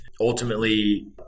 Ultimately